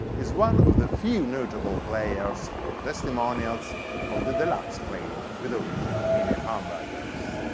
is one of the few notable players or testimonials of the deluxe played with original mini-humbuckers.